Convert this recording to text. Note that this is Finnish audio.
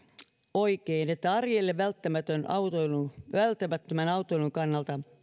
oikein että arjelle välttämättömän autoilun välttämättömän autoilun kannalta